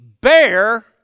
bear